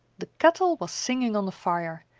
the kettle was singing on the fire,